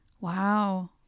wow